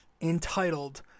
entitled